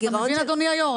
אתה מבין, אדוני היושב-ראש?